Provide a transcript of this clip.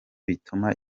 bituma